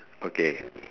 okay